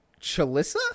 chalissa